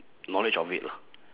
knowledge of it lah